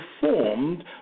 performed